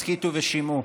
הסכיתו ושמעו.